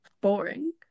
boring